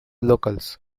locals